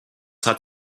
hat